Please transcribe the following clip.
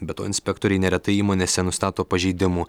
be to inspektoriai neretai įmonėse nustato pažeidimų